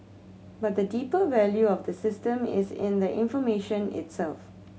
but the deeper value of the system is in the information itself